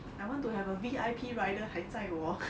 I want to have a V_I_P rider 还在喔